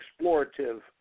explorative